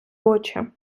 очи